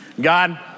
God